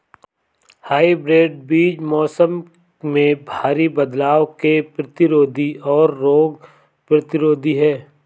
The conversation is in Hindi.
हाइब्रिड बीज मौसम में भारी बदलाव के प्रतिरोधी और रोग प्रतिरोधी हैं